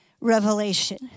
revelation